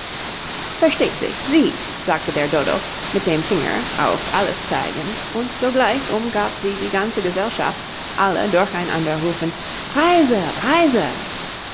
versteht sich sie sagte der dodo mit dem finger auf alice zeigend und sogleich umgab sie die ganze gesellschaft alle durch einander rufend preise preise